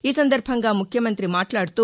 ఈ సందర్భంగా ముఖ్యమంత్రి మాట్లాడుతూ